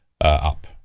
up